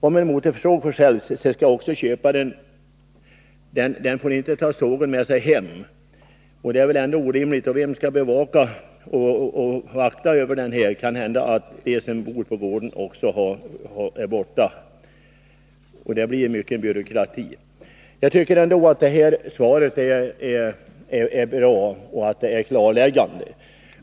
Om en motorsåg försäljs, får köparen ej ta sågen med sig hem. Det är väl ändå orimligt. Vem skall bevaka sågen på gården, där kanhända ingen längre bor kvar? Det blir en stor byråkrati. Jag tycker att svaret är bra och klarläggande.